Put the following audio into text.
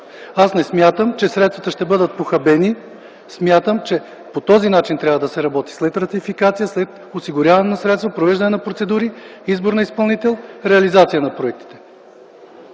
Аз не смятам, че средствата ще бъдат похабени. Смятам, че трябва да се работи по този начин – след ратификация, след осигуряване на средства, провеждане на процедури, избор на изпълнител, реализация на проектите.